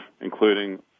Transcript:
including